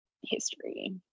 history